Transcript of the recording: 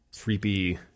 creepy